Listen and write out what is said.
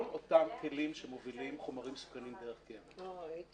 אותם כלים שמובילים חומרים מסוכנים דרך קבע --- רגע,